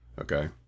okay